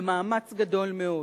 במאמץ גדול מאוד.